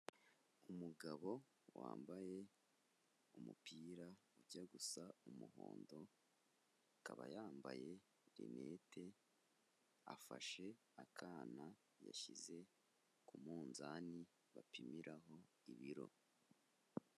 Umugabo wambaye umupira ujya gusa umuhondo, akaba yambaye linete, afashe akana yashyize ku munzani bapimiraho ibiro.